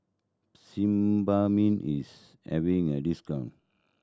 sebamed is having a discount